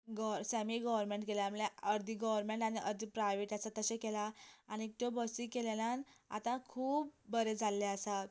गव semi government केला म्हळ्यार अर्द गवर्नमेंन्ट आनी अर्द प्रायव्हेट आसा तशें केल्या आनीक त्यो बसी केलेल्यान आता खूब बरें जाल्ले आसा